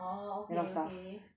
orh okay okay